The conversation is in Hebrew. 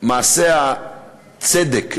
מעשה הצדק,